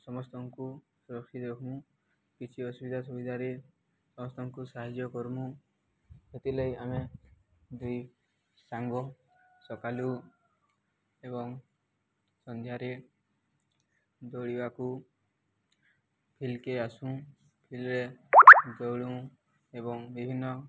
ସମସ୍ତଙ୍କୁ ସୁରକ୍ଷିତ ରଖମୁଁ କିଛି ଅସୁବିଧା ସୁବିଧାରେ ସମସ୍ତଙ୍କୁ ସାହାଯ୍ୟ କରମୁଁ ସେଥିଲାଗି ଆମେ ଦୁଇ ସାଙ୍ଗ ସକାଲୁ ଏବଂ ସନ୍ଧ୍ୟାରେ ଦୌଡ଼ିବାକୁ ଫିଲ୍ଡକେ ଆସୁଁ ଫିଲ୍ଡରେ ଦୌଡ଼ୁ ଏବଂ ବିଭିନ୍ନ